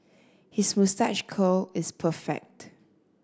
his moustache curl is perfect